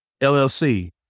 LLC